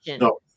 no